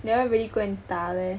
never really go and 打 leh